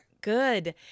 Good